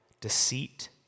deceit